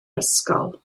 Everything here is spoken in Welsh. ysgol